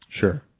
Sure